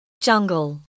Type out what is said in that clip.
Jungle